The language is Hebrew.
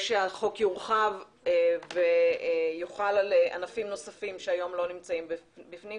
שהחוק יורחב ויוחל על ענפים נוספים שהיום לא נמצאים בפנים,